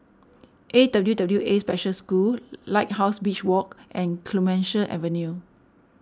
A W W A Special School Lighthouse Beach Walk and Clemenceau Avenue